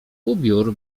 ubiór